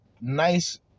nice